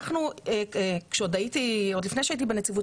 עוד לפני שהייתי בנציבות,